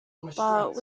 but